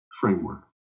framework